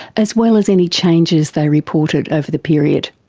as well as any changes they reported over the period.